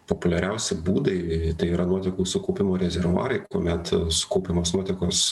populiariausi būdai tai yra nuotekų sukaupimo rezervuarai kuomet sukaupiamos nuotekos